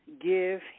give